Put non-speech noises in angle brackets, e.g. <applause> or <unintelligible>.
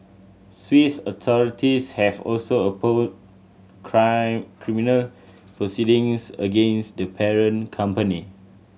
Swiss authorities have also opened <unintelligible> criminal proceedings against the parent company